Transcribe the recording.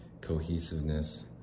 cohesiveness